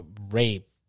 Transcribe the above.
rape